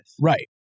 Right